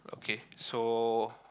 okay so